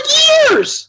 years